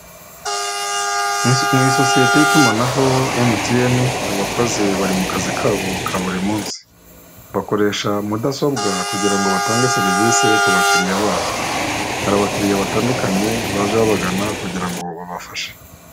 Mu isosiyete y'itumanaho emutiyene abakozi bari mu kazi kabo ka buri munsi bakoresha mudasobwa kugira ngo batange serivisi ku bakiriya babo hari abakiriya batandukanye baje babagana kugira ngo babafashe.